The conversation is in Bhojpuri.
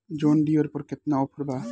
जॉन डियर पर केतना ऑफर बा?